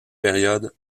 période